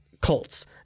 Colts